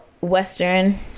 Western